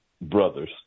brothers